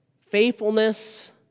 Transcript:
Faithfulness